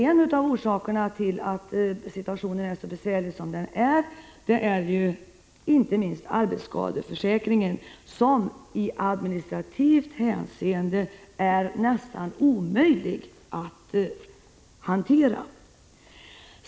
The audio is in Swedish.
En av orsakerna till att situationen är så besvärlig är arbetsskadeförsäkringen, som i administrativt hänseende är nästan omöjlig att hantera.